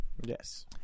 Yes